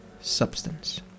substance